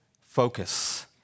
focus